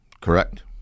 Correct